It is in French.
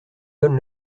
donne